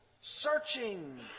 searching